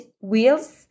wheels